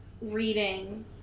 reading